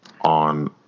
on